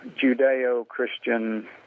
Judeo-Christian